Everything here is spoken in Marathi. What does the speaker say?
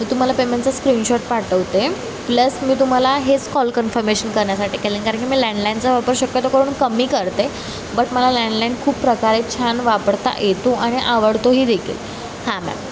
तर तुम्हाला पेमेंटचा स्क्रीनशॉट पाठवते प्लस मी तुम्हाला हेच कॉल कन्फर्मेशन करण्यासाठी केलं आहे कारण की मी लँडलाईनचा वापर शक्यतो करून कमी करते बट मला लँडलाईन खूप प्रकारे छान वापरता येतो आणि आवडतोही देखील हां मॅम